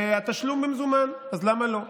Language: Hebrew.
והתשלום במזומן, אז למה לא?